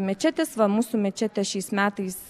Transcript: mečetės va mūsų mečetė šiais metais